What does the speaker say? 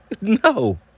No